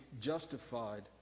justified